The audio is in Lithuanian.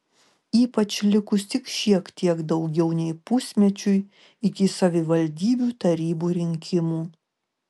ypač likus tik šiek tiek daugiau nei pusmečiui iki savivaldybių tarybų rinkimų